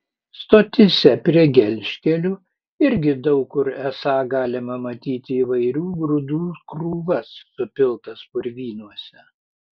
stotyse prie gelžkelių irgi daug kur esą galima matyti įvairių grūdų krūvas supiltas purvynuose